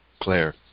Claire